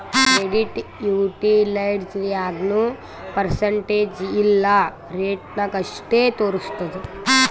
credit utilized ಯಾಗ್ನೂ percentage ಇಲ್ಲಾ ರೇಟ ನಾಗ್ ಅಷ್ಟೇ ತೋರುಸ್ತುದ್